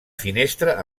finestra